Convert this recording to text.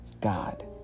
God